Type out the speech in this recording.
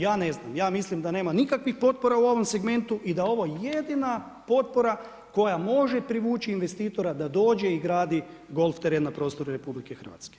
Ja ne znam, ja mislim da nema nikakvih potpora u ovom segmentu i da je ovo jedina potpora koja može privući investitora da dođe i gradi golf teren na prostoru RH.